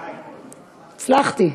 מסעוד גנאים, הצלחתי.